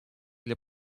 для